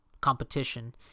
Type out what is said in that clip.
competition